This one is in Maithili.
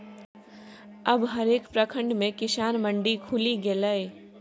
अब हरेक प्रखंड मे किसान मंडी खुलि गेलै ये